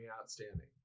outstanding